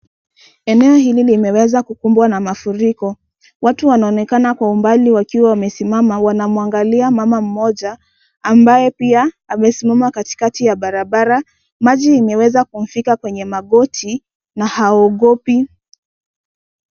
Eneo hili limeweza kukumbwa na mafuriko. Watu wanaonekana kwa umbali wakiwa wamesimama wanamwanglia mama mmoja ambaye pia amesimama katikati ya barabara. Maji imeweza kumfika kwenye magoti na haogopi.